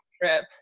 trip